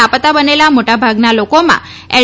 લાપતા બનેલા મોટા ભાગના લોકોમાં એલ